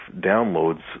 downloads